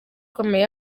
ikomeye